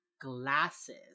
glasses